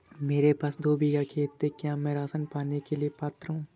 मेरे पास दो बीघा खेत है क्या मैं राशन पाने के लिए पात्र हूँ?